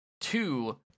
Two